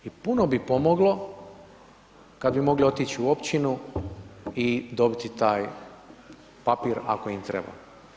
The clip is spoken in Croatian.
Puno bi pomoglo, kada bi mogli otići u općinu i dobiti taj papri ako im treba.